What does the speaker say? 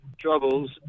troubles